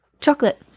Chocolate